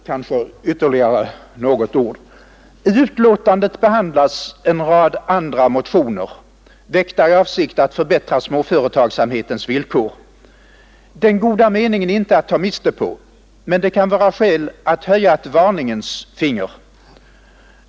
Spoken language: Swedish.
I utskottsbetänkandet behandlas en rad andra motioner, väckta i avsikt att förbättra småföretagsamhetens villkor. Den goda meningen är inte att ta miste på, men det kan vara skäl att höja ett varningens finger.